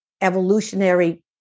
evolutionary